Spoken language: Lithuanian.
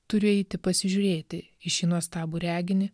turiu eiti pasižiūrėti į šį nuostabų reginį